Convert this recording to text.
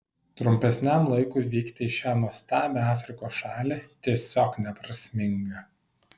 trumpesniam laikui vykti į šią nuostabią afrikos šalį tiesiog neprasminga